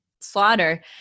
slaughter